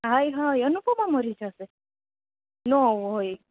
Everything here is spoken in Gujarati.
આય હાય અનુપમા મરી જાશે નો હોય